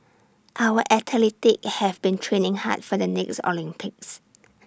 our athletes have been training hard for the next Olympics